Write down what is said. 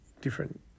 different